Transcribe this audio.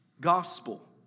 gospel